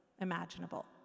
imaginable